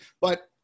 But-